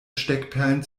steckperlen